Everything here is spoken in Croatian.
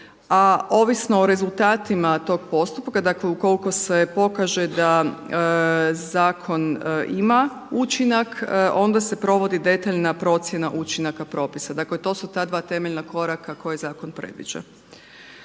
a ovisno o rezultatima tog postupka, dakle ukoliko se pokaže da zakon ima učinak, onda se provodi detaljna procjena učinaka propisa. Dakle, to su ta dva temeljna koraka koje zakon predviđa.